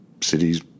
cities